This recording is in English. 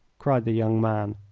cried the young man.